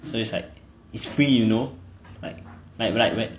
so is like is free you know like like when